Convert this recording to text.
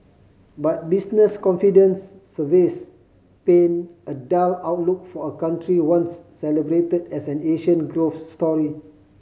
but business confidence surveys paint a dull outlook for a country once celebrated as an Asian growth story